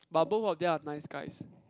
but both of them are nice guys